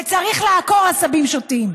וצריך לעקור עשבים שוטים,